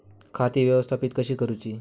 खाती व्यवस्थापित कशी करूची?